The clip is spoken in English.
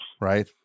Right